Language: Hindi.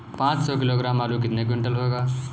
पाँच सौ किलोग्राम आलू कितने क्विंटल होगा?